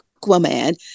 Aquaman